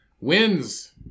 wins